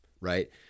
right